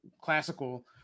classical